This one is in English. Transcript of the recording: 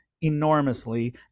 enormously